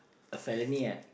a felony ah